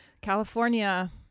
California